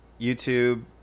YouTube